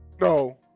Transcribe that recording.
No